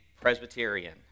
Presbyterian